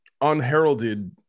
unheralded